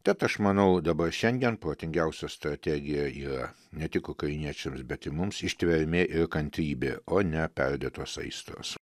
tad aš manau dabar šiandien protingiausia strategija yra ne tik ukrainiečiams bet ir mums ištvermė ir kantrybė o ne perdėtos aistros